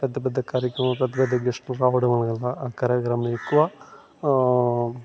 పెద్ద పెద్ద కార్యక్రమం పెద్ద పెద్ద గెస్టులు రావడం వలన అక్కడ ఎక్కువ